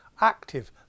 active